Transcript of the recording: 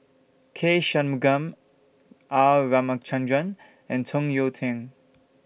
K Shanmugam R Ramachandran and Tung Yue Nang